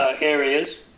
areas